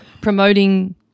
Promoting